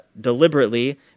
deliberately